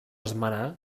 esmenar